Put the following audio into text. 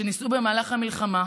שנישאו במהלך המלחמה,